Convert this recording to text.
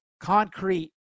concrete